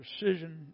precision